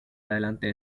adelante